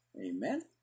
amen